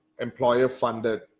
employer-funded